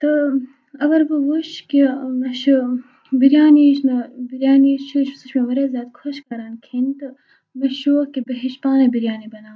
تہٕ اَگر بہٕ وُچھٕ کہِ مےٚ چھُ بِریانی یُس مےٚ بِریانی چھُ سُہ چھُ مےٚ واریاہ زیادٕ خۄش کَران کھیٚنۍ تہٕ مےٚ چھُ شوق کہِ بہٕ ہیٚچھِ پانَے بِریانی بَناوٕنۍ